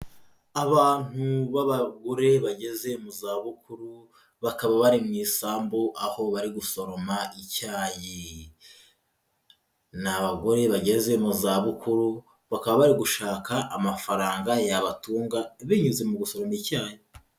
Abantu b'abagore bageze mu za bukuru, bakaba bari mu isambu aho bari gusoroma icyayi, ni abagore bageze mu za bukuru, bakaba bari gushaka amafaranga yabatunga binyuze mu gusoroma icyayi.